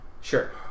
Sure